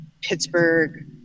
Pittsburgh